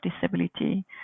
disability